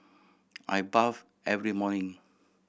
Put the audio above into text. I bathe every morning